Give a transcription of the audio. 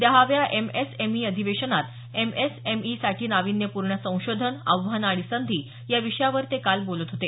दहाव्या M S M E अधिवेशनात M S M E साठी नावीन्यपूर्ण संशोधन आव्हानं आणि संधीया विषयावर ते काल बोलत होते